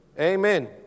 Amen